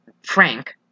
Frank